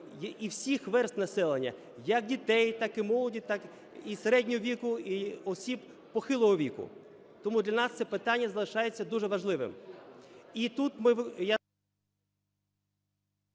і всіх верств населення: як дітей, так і молоді, так і середнього віку, і осіб похилого віку. Тому для нас це питання залишається дуже важливим.